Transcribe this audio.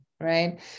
right